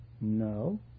No